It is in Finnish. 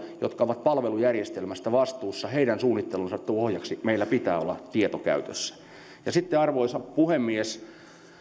jotka ovat palvelujärjestelmästä vastuussa heidän suunnittelunsa tueksi meillä pitää olla tieto käytössä arvoisa puhemies